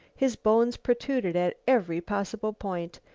his bones protruded at every possible point.